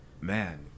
Man